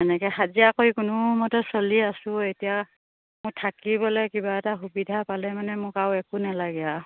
এনেকৈ হাজিৰা কৰি কোনোমতে চলি আছো এতিয়া মোক থাকিবলৈ কিবা এটা সুবিধা পালে মানে মোক আৰু একো নালাগে আৰু